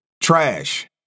trash